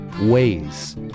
Ways